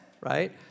right